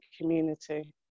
community